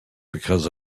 because